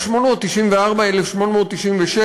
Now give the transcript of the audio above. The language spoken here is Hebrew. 1894 1896,